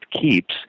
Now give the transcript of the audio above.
keeps